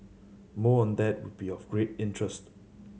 more on that would be of great interest